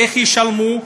איך ישלמו?